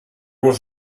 was